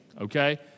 okay